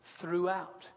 Throughout